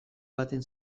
baten